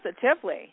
positively